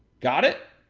got it?